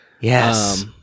Yes